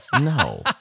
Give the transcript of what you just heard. No